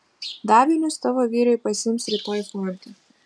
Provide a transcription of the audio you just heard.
davinius tavo vyrai pasiims rytoj forte